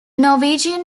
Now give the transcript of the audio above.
norwegian